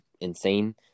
insane